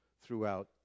throughout